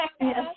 Yes